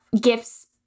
gifts